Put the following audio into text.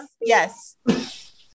Yes